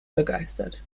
begeistert